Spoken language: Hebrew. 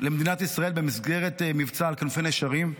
למדינת ישראל במסגרת מבצע על כנפי נשרים.